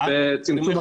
בצמצום התחלואה.